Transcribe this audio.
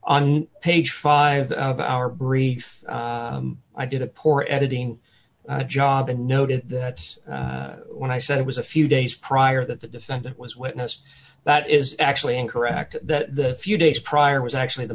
on page five of our brief i did a poor editing job and noted that when i said it was a few days prior that the defendant was witness that is actually incorrect the few days prior was actually the